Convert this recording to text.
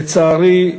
לצערי,